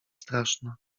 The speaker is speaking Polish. straszna